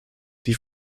die